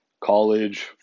college